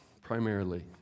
primarily